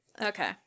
okay